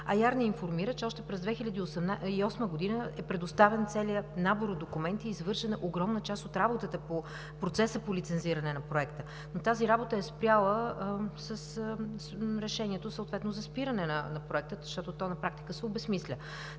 АЯР ни информира, че още през 2008 г. е предоставен целият набор от документи и е извършена огромна част от работата по процеса по лицензиране на проекта. Но тази работа е спряла с решението за спиране на проекта, защото на практика се обезсмисля.